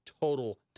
total